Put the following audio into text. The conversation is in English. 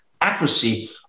accuracy